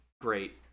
great